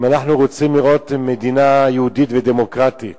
אם אנחנו רוצים לראות מדינה יהודית ודמוקרטית